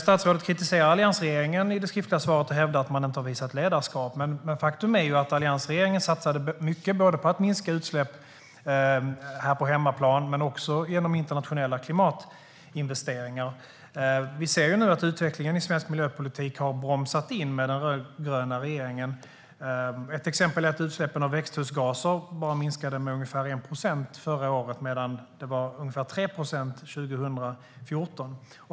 Statsrådet kritiserar alliansregeringen i det skriftliga svaret och hävdar att man inte har visat ledarskap, men faktum är att alliansregeringen satsade mycket på att minska utsläpp här på hemmaplan men också genom internationella klimatinvesteringar. Vi ser nu att utvecklingen i svensk miljöpolitik har bromsat in med den rödgröna regeringen. Ett exempel är att utsläppen av växthusgaser bara minskade med ungefär 1 procent förra året medan minskningen var ungefär 3 procent 2014.